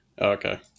okay